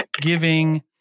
giving